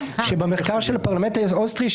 המחקר של הפרלמנט האוסטרי,